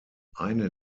eine